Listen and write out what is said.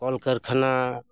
ᱠᱚᱞ ᱠᱟᱹᱨᱠᱷᱟᱱᱟ